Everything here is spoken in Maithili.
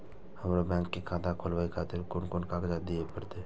हमरो बैंक के खाता खोलाबे खातिर कोन कोन कागजात दीये परतें?